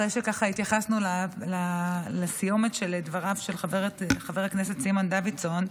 אחרי שהתייחסנו לסיומת של דבריו של חבר הכנסת סימון דוידסון,